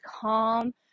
calm